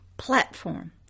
platform